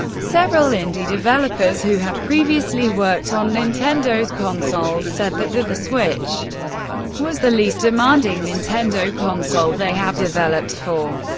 several indie developers who have previously worked on nintendo's consoles said that that the switch was the least demanding nintendo console they have developed for.